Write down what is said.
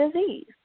disease